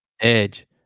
Edge